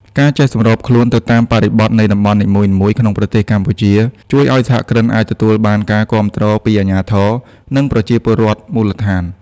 ការចេះសម្របខ្លួនទៅតាមបរិបទនៃតំបន់នីមួយៗក្នុងប្រទេសកម្ពុជា ជួយឱ្យសហគ្រិនអាចទទួលបានការគាំទ្រពីអាជ្ញាធរ និងប្រជាពលរដ្ឋមូលដ្ឋាន។